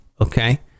okay